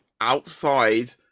outside